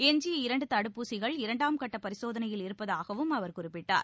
எஞ்சிய இரண்டு தடுப்பூசிகள் இரண்டாம் கட்ட பரிசோதனையில் இருப்பதாகவும் அவர் குறிப்பிட்டார்